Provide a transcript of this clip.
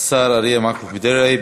השר אריה מכלוף דרעי,